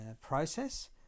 process